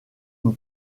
une